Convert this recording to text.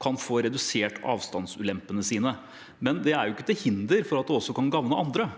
kan få redusert avstandsulempene sine. Men det er ikke til hinder for at det også kan gagne andre,